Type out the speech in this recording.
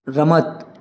રમત